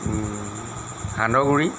সান্দহগুৰি